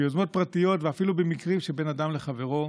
ביוזמות פרטיות ואפילו במקרים שבין אדם לחברו,